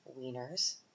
Wieners